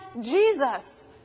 Jesus